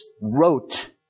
wrote